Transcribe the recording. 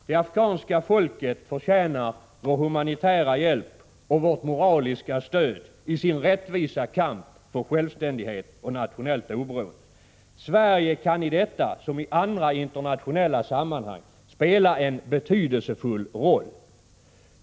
Det afghanska folket förtjänar vår humanitära hjälp och vårt moraliska stöd i sin rättvisa kamp för självständighet och nationellt oberoende. Sverige kan i detta som i andra internationella sammanhang spela en betydelsefull roll.